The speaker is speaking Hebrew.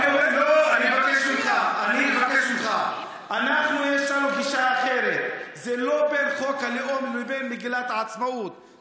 אני מאוד מאוד אשמח אם הדיון בהצעה הזאת יימשך במליאת הכנסת או